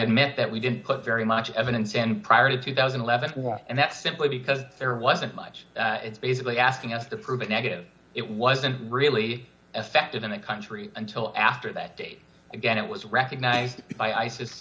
admit that we didn't put very much evidence in prior to two thousand and eleven and that simply because there wasn't much basically asking us to prove a negative it wasn't really effective in the country until after that date again it was recognized by i